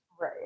right